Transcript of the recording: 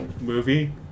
movie